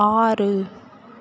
ஆறு